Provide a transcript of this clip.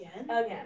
Again